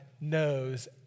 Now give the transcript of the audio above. knows